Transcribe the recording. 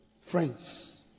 friends